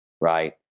right